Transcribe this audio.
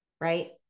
right